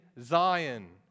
Zion